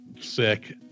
sick